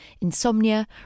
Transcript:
insomnia